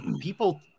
people